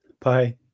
Bye